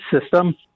system